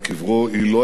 היא לא היתה מקרית.